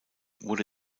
wurde